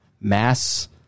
mass